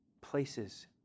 places